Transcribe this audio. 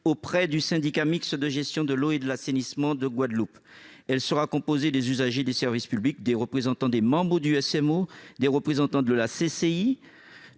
auprès du syndicat mixte de gestion de l'eau et de l'assainissement de Guadeloupe. Celle-ci sera composée des usagers du service public, des représentants des membres du SMO, des représentants de la